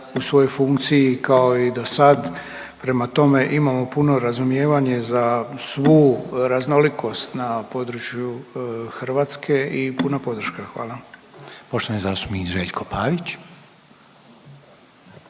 u svojoj funkciji kao i dosad. Prema tome, imamo puno razumijevanje za svu raznolikost na području Hrvatske i puna podrška. Hvala. **Reiner, Željko